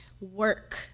work